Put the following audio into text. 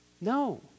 No